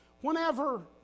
Whenever